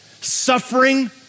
suffering